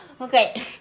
Okay